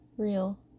Real